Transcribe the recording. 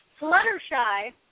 Fluttershy